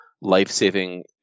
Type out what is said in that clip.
life-saving